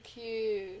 cute